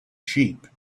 sheep